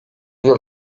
yıl